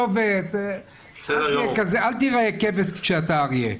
אל תיראה כבש כשאתה אריה.